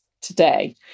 today